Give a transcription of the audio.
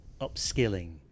upskilling